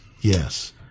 yes